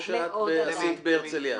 כמו שאת עשית בהרצליה.